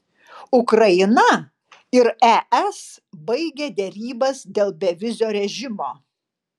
ukraina ir es baigė derybas dėl bevizio režimo